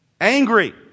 Angry